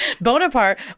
Bonaparte